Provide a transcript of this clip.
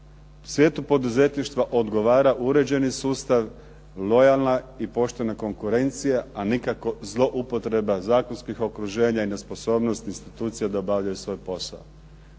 Svijetu poduzetništva odgovara uređeni sustav, lojalna i poštena konkurencija, a nikako zloupotreba zakonskih okruženja i nesposobnosti institucija da obavljaju svoj posao.